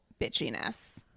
bitchiness